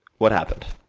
what happened,